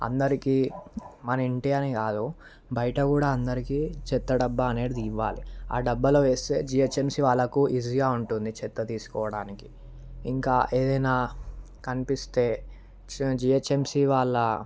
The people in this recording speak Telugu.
అందరికీ మన ఇంటి అని కాదు బయట కూడా అందరికీ చెత్త డబ్బా అనేది ఇవ్వాలి ఆ డబ్బాలో వేస్తే జిహెచ్ఎంసి వాళ్ళకు ఈజీగా ఉంటుంది చెత్త తీసుకోవడానికి ఇంకా ఏదైనా కనిపిస్తే జిహెచ్ఎంసి వాళ్ళ